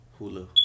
Hulu